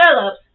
Phillips